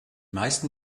meisten